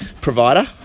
provider